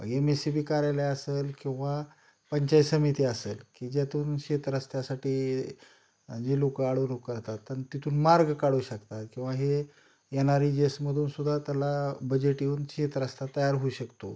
M S E B कार्यालय असेल किंवा पंचायत समिती असेल की ज्यातून शेतरस्त्यासाठी जे लोकं अडवणूक करतात आणि तितून मार्ग काढू शकतात किंवा हे एन आर ई जे एसमधून सुुद्धा त्याला बजेट येऊन शेतरस्ता तयार होऊ शकतो